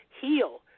heal